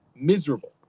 miserable